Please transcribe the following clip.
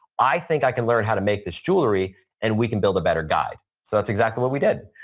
i think i can learn how to make this jewelry and we can build a better guide. so, that's exactly what we did.